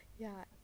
ya